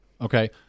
okay